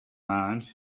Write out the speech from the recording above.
mine